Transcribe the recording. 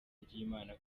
ry’imana